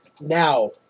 now